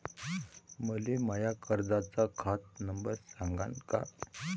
मले माया कर्जाचा खात नंबर सांगान का?